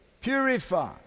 purify